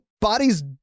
bodies